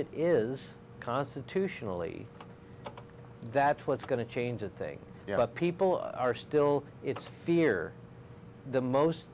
it is constitutionally that's what's going to change a thing people are still it's fear the most